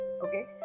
okay